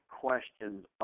questions